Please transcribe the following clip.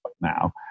now